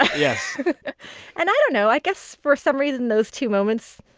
yes and i don't know i guess, for some reason, those two moments,